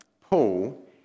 Paul